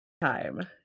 time